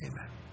Amen